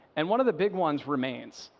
and one of the big ones remains.